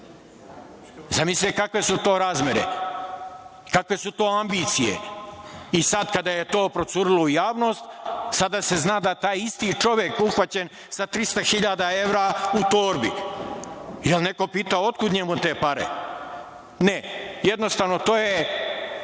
Zamislite kakve su to razmere? Kakve su to ambicije? Sada, kada je to procurilo u javnost, sada se zna da je taj isti čovek uhvaćen sa 300.000 evra u torbi. Jel neko pitao otkud njemu te pare? Ne. Jednostavno, to je